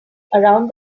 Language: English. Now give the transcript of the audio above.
around